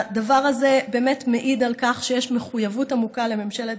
הדבר הזה באמת מעיד על כך שיש מחויבות עמוקה לממשלת